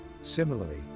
Similarly